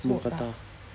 mookata